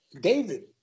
David